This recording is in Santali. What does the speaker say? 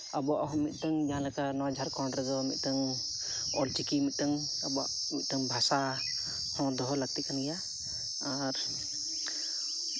ᱟᱵᱚᱣᱟᱜ ᱦᱚᱸ ᱢᱤᱫᱴᱟᱹᱱ ᱡᱟᱦᱟᱸ ᱞᱮᱠᱟ ᱱᱚᱣᱟ ᱡᱷᱟᱲᱠᱷᱚᱸᱰ ᱨᱮᱫᱚ ᱢᱤᱫᱴᱟᱹᱱ ᱚᱞᱪᱤᱠᱤ ᱢᱤᱫᱴᱟᱹᱱ ᱟᱵᱚᱣᱟᱜ ᱢᱤᱫᱴᱟᱱ ᱵᱷᱟᱥᱟ ᱦᱚᱸ ᱫᱚᱦᱚ ᱞᱟᱹᱠᱛᱤ ᱠᱟᱱ ᱜᱮᱭᱟ ᱟᱨ